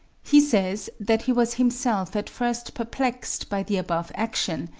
he says that he was himself at first perplexed by the above action,